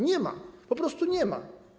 Nie ma, po prostu nie ma.